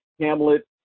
Hamlet